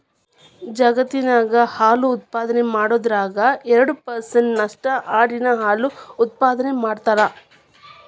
ಜಗತ್ತಿನ್ಯಾಗ ಹಾಲು ಉತ್ಪಾದನೆ ಮಾಡೋದ್ರಾಗ ಎರಡ್ ಪರ್ಸೆಂಟ್ ನಷ್ಟು ಆಡಿನ ಹಾಲು ಉತ್ಪಾದನೆ ಮಾಡ್ತಾರ